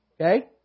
Okay